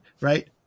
right